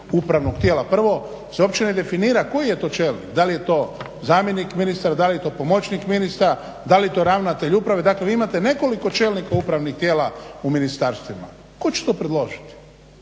upravnog tijela prvo se uopće ne definira koji je to čelnik, da li je to zamjenik ministra, da li je to pomoćnik ministra, da li je to ravnatelj uprave, dakle vi imate nekoliko čelnika upravnih tijela u ministarstvima. Tko će to predložiti